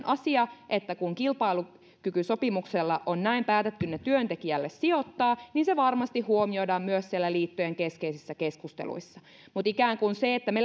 asia että kun kilpailukykysopimuksella on näin päätetty ne työntekijälle sijoittaa niin se varmasti huomioidaan myös siellä liittojen keskeisissä keskusteluissa mutta se että ikään kuin me